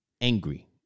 angry